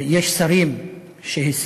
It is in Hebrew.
יש שרים שהסיתו